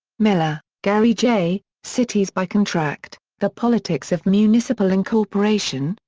miller, gary j, cities by contract the politics of municipal incorporation,